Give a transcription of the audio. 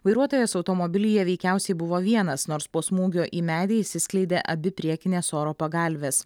vairuotojas automobilyje veikiausiai buvo vienas nors po smūgio į medį išsiskleidė abi priekinės oro pagalvės